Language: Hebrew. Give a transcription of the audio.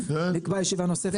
נקבע ישיבה נוספת.